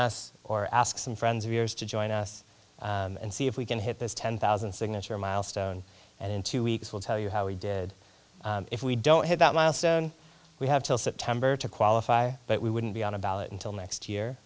us or ask some friends of yours to join us and see if we can hit this ten thousand signature milestone and in two weeks we'll tell you how we did if we don't have that milestone we have till september to qualify but we wouldn't be on a ballot until next year